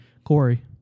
Corey